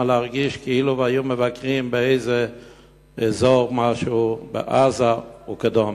מרגישים שם כאילו הם מבקרים באיזה אזור בעזה וכדומה.